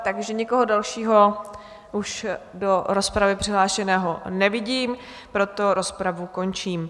Takže nikoho dalšího už do rozpravy přihlášeného nevidím, proto rozpravu končím.